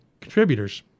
contributors